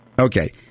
Okay